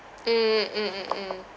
mm mm mm mm